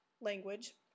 language